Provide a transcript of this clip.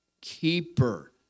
keeper